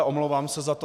Omlouvám se za to.